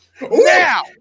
Now